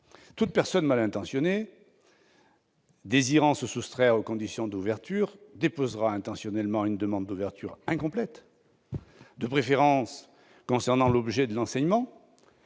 Toute personne malintentionnée désirant se soustraire aux conditions d'ouverture déposera intentionnellement une demande d'ouverture incomplète, de préférence concernant l'objet de l'enseignement,